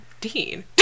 Dean